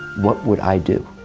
what would i do?